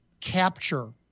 capture